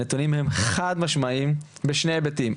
הנתונים הם חד משמעיים בשני היבטים,